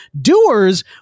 Doers